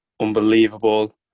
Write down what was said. unbelievable